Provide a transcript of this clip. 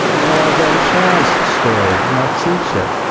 and i know ajahn chah's story, my teacher,